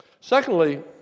Secondly